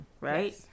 right